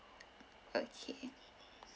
okay